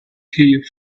here